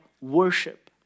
worship